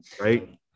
right